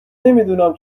نمیدونم